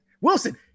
wilson